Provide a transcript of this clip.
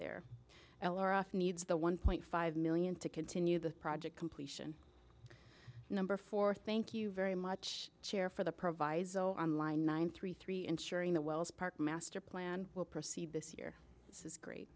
f needs the one point five million to continue the project completion number four thank you very much chair for the proviso on line nine three three ensuring the wells park master plan will proceed this year this is great